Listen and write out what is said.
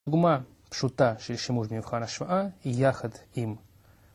דוגמה פשוטה של שימוש במבחן השוואה היא יחד עם